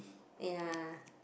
ya